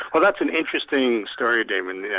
well that's an interesting story damien. yeah